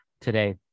today